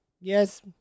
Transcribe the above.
Yes